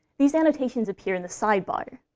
these annotations appear in the sidebar.